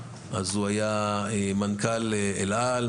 היה מנכ"ל אל-על,